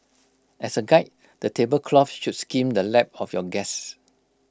as A guide the table cloth should skim the lap of your guests